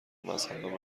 مذهبم